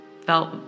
felt